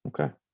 Okay